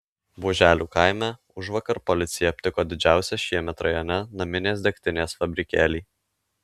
buoželių kaime užvakar policija aptiko didžiausią šiemet rajone naminės degtinės fabrikėlį